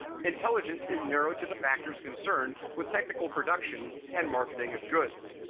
intelligence is narrowed to the factors concerned with technical production and marketing of goods.